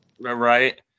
Right